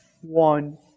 one